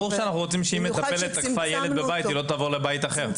ברור שאנחנו רוצים שאם מטפלת תקפה ילד בבית היא לא תעבור לבית אחר.